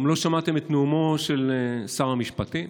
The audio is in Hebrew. גם לא שמעתם את נאומו של שר המשפטים.